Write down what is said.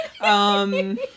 um-